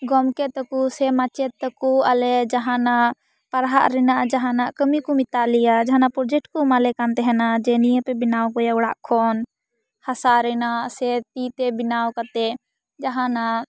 ᱜᱚᱢᱠᱮ ᱛᱟᱠᱚ ᱥᱮ ᱢᱟᱪᱮᱫ ᱛᱟᱠᱚ ᱟᱞᱮ ᱡᱟᱦᱟᱱᱟᱜ ᱯᱟᱲᱦᱟᱜ ᱨᱮᱱᱟᱜ ᱡᱟᱦᱟᱱᱟᱜ ᱠᱟᱹᱢᱤ ᱠᱚ ᱢᱮᱛᱟ ᱞᱮᱭᱟ ᱡᱟᱦᱟᱱᱟᱜ ᱯᱨᱚᱡᱮᱠᱴ ᱠᱚ ᱮᱢᱟᱞᱮ ᱠᱟᱱ ᱛᱟᱦᱮᱱᱟᱜ ᱡᱮ ᱱᱤᱭᱟᱹ ᱯᱮ ᱵᱮᱱᱟᱣ ᱟᱜᱩᱭᱟ ᱚᱲᱟᱜ ᱠᱷᱚᱱ ᱦᱟᱥᱟ ᱨᱮᱱᱟᱜ ᱥᱮ ᱛᱤᱛᱮ ᱵᱮᱱᱟᱣ ᱠᱟᱛᱮ ᱡᱟᱦᱟᱱᱟᱜ